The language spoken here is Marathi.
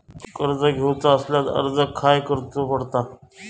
कर्ज घेऊचा असल्यास अर्ज खाय करूचो पडता?